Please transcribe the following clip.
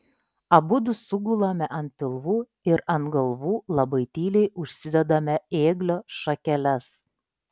abudu sugulame ant pilvų ir ant galvų labai tyliai užsidedame ėglio šakeles